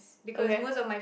okay